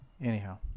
Anyhow